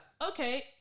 okay